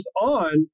on